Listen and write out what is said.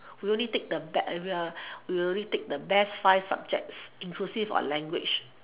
we only take the we only take the best five subjects inclusive of language